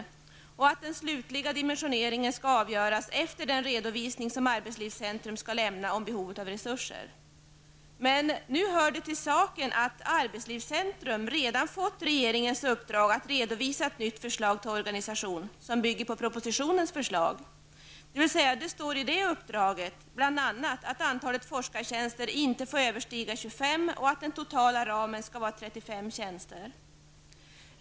Utskottet säger vidare att den slutliga dimensioneringen skall avgöras efter den redovisning som arbetslivscentrum skall lämna om behovet av resurser. Nu hör det till saken att arbetslivscentrum redan har fått regeringens uppdrag att redovisa ett nytt förslag till organisation som bygger på propositionens förslag. I det uppdraget står det bl.a. att antalet forskartjänster inte får överstiga 25 och att den totala ramen skall vara 35 tjänster.